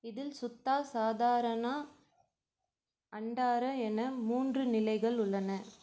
இதில் சுத்தா சாதாரனா அண்டாரா என மூன்று நிலைகள் உள்ளன